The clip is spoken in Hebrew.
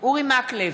אורי מקלב,